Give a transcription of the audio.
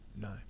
No